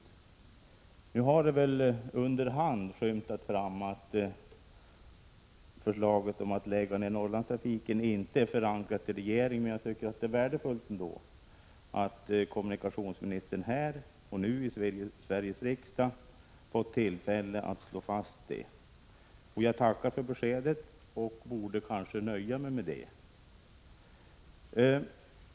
Under hand har det väl skymtat fram att förslaget om att lägga ner Norrlandstrafiken inte är förankrat i regeringen, och jag tycker det är värdefullt att kommunikationsministern här och nu i Sveriges riksdag har fått tillfälle att slå fast detta. Jag tackar för beskedet och borde kanske kunna nöja mig med det.